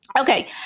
Okay